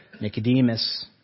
Nicodemus